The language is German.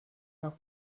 nach